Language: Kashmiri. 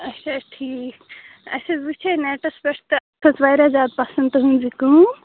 اچھا ٹھیٖک اسہ حظ وچھے نیٚٹَس پیٚٹھ تہٕ کھٔژ واریاہ زیاد پَسَنٛد تُہٕنٛز یہ کٲم